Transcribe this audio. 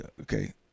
Okay